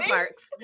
Parks